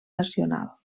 nacional